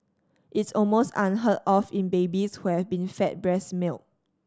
it's almost unheard of in babies who have been fed breast milk